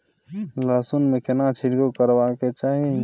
लहसुन में केना छिरकाव करबा के चाही?